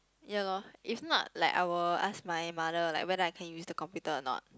ya loh if not like I will ask my mother like when I can use the computer or not